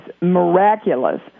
miraculous